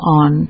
on